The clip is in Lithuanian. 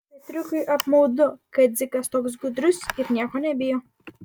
petriukui apmaudu kad dzikas toks gudrus ir nieko nebijo